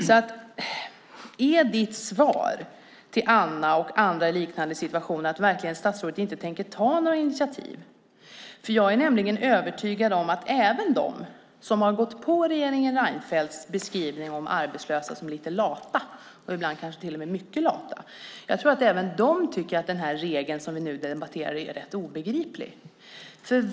Är ditt svar till Anna och andra i liknande situation att du verkligen inte tänker ta några initiativ? Jag är nämligen övertygad om att till och med de som har gått på regeringen Reinfeldts beskrivning av arbetslösa som lite lata - ibland kanske till och med mycket lata - tycker att den regel som vi nu debatterar är rätt obegriplig.